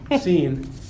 scene